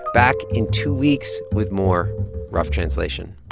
back in two weeks with more rough translation